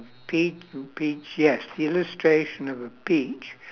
pea~ to peach yes illustration of a peach